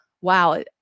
wow